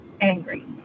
angry